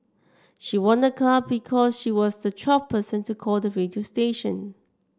she won a car because she was the twelfth person to call the radio station